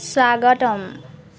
স্বাগতম